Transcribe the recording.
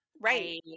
right